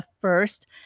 first